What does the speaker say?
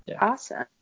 Awesome